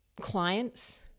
clients